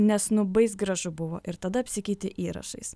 nes nu bais gražu buvo ir tada apsikeitė įrašais